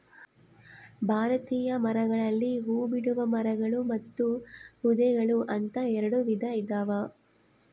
ಭಾರತೀಯ ಮರಗಳಲ್ಲಿ ಹೂಬಿಡುವ ಮರಗಳು ಮತ್ತು ಪೊದೆಗಳು ಅಂತ ಎರೆಡು ವಿಧ ಇದಾವ